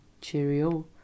Cheerio